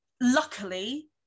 luckily